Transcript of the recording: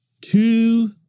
Two